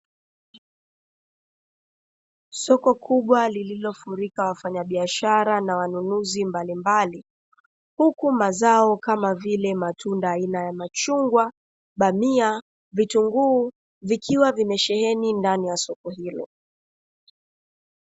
Soko kubwa lililofurika wafanyabiashara na na wanunuzi mbalimbali, huku mazao kama vile: matunda aina ya machungwa, bamia, vitunguu vikiwa vimesheheni ndani ya soko hilo.